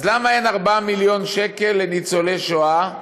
אז למה אין 4 מיליון שקל לניצולי שואה?